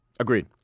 Agreed